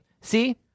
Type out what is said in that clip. See